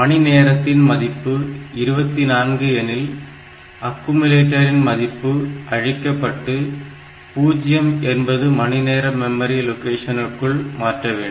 மணி நேரத்தின் மதிப்பு 24 எனில் அக்குயுமுலேட்டரின் மதிப்பு அழிக்கப்பட்டு 0 என்பது மணி நேர மெமரி லொகேஷனுக்குள் மாற்ற வேண்டும்